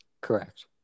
Correct